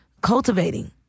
cultivating